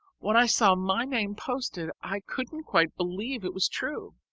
when i saw my name posted, i couldn't quite believe it was true.